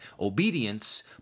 obedience